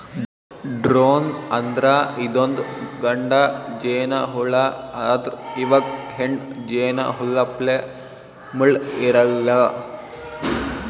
drone ಅಂದ್ರ ಇದೊಂದ್ ಗಂಡ ಜೇನಹುಳಾ ಆದ್ರ್ ಇವಕ್ಕ್ ಹೆಣ್ಣ್ ಜೇನಹುಳಪ್ಲೆ ಮುಳ್ಳ್ ಇರಲ್ಲಾ